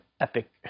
epic